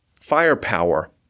firepower